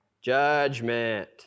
Judgment